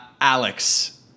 Alex